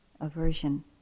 aversion